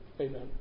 Amen